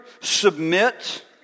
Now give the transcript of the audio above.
submit